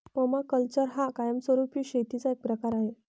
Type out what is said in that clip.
permaculture हा कायमस्वरूपी शेतीचा एक प्रकार आहे